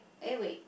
eh wait